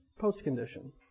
Postcondition